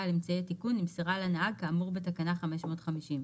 על אמצעי התיקון נמסרה לנהג כאמור בתקנה 550,